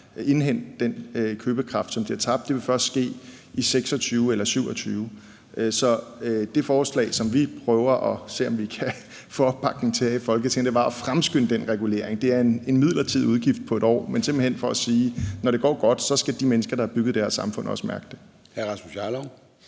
indhente den købekraft, som de har tabt. Det vil først ske i 2026 eller i 2027. Så det forslag, som vi prøver at se om vi kan få opbakning til her i Folketinget var at fremskynde den regulering. Det er en midlertidig udgift på et år, men det er simpelt hen for at sige, at når det går godt, skal de mennesker, der har bygget det her samfund, også mærke det.